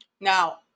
Now